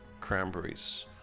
cranberries